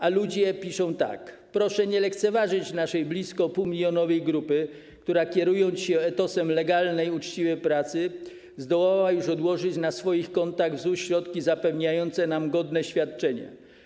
A ludzie piszą tak: Proszę nie lekceważyć naszej blisko półmilionowej grupy, która kierując się etosem legalnej, uczciwej pracy, zdołała już odłożyć na swoich kontach w ZUS środki zapewniające nam godne świadczenia.